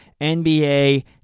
NBA